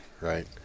right